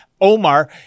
Omar